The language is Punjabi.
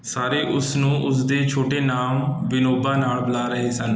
ਸਾਰੇ ਉਸ ਨੂੰ ਉਸ ਦੇ ਛੋਟੇ ਨਾਮ ਵਿਨੋਬਾ ਨਾਲ ਬੁਲਾ ਰਹੇ ਸਨ